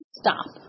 stop